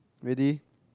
ready